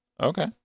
Okay